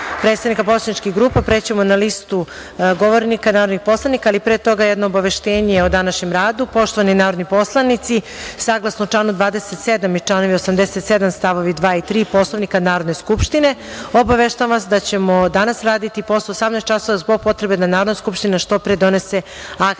predsednika poslaničkih grupa, krećemo na listu govornika narodnih poslanika. Pre toga jedno obaveštenje o današnjem radu. Poštovani narodni poslanici, saglasno članu 27. i članovi 87. stavovi 2. i 3. Poslovnika Narodne skupštine, obaveštavam vas da ćemo danas raditi i posle 18.00 časova, zbog potrebe da Narodna skupština što pre donese akte iz